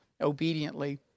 obediently